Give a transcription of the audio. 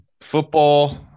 football